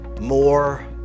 more